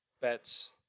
bets